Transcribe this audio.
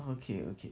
okay okay